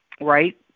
Right